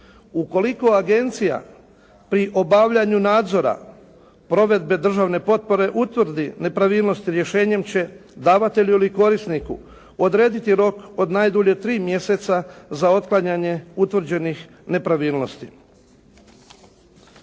Ukoliko agencija pri obavljanju nadzora provedbe državne potpore utvrdi nepravilnosti rješenjem će davatelju ili korisniku odrediti rok od najdulje 3 mjeseca za otklanjanje utvrđenih nepravilnosti.